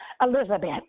Elizabeth